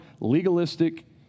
legalistic